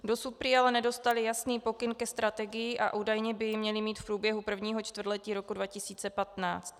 Dosud prý ale nedostali jasný pokyn ke strategii a údajně by ji měli mít v průběhu prvního čtvrtletí roku 2015.